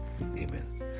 Amen